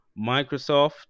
microsoft